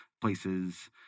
places